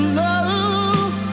love